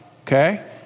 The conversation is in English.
okay